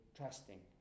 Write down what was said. trusting